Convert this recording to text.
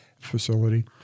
facility